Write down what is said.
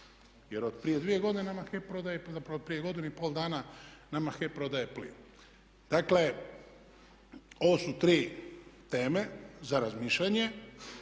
zapravo prije godinu i pol dana nama HEP prodaje plin. Dakle, ovo su tri teme za razmišljanje,